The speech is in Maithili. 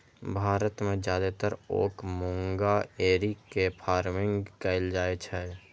भारत मे जादेतर ओक मूंगा एरी के फार्मिंग कैल जाइ छै